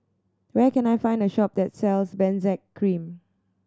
where can I find a shop that sells Benzac Cream